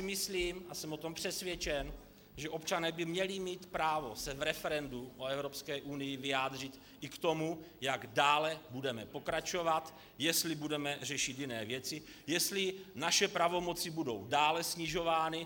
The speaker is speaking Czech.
Myslím si a jsem o tom přesvědčen, že občané by měli mít právo se v referendu o Evropské unii vyjádřit i k tomu, jak dále budeme pokračovat, jestli budeme řešit jiné věci, jestli naše pravomoci budou dále snižovány.